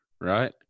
right